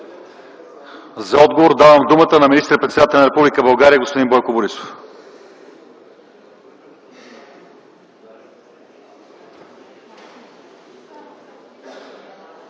За отговор давам думата на министър-председателя на Република България господин Бойко Борисов.